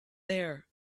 there